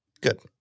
good